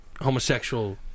homosexual